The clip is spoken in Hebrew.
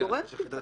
זה גורם פיקודי.